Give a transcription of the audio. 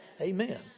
Amen